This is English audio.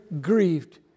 grieved